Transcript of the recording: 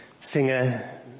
singer